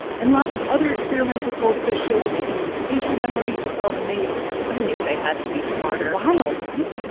and lots of other experiments with goldfish show that they can use spatial memory to solve mazes i knew they had to be smarter wild, right?